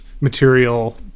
material